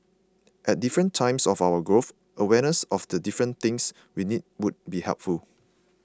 at different times of our growth awareness of the different things we need would be helpful